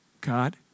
God